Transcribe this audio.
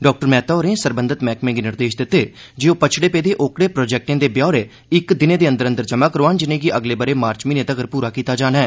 doctor Mehta होरें सरबंधत मैह्कमें गी निर्देष दित्ते जे ओह पच्छड़े पेदे ओकड़े प्रोजेक्टें दे ब्यौरे इक दिनै दे अंदर अंदर जमा करोआन जिनेंगी अगले ब रे मार्च म्हीने तगर पूरा कीता जाना ऐ